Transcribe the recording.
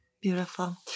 Beautiful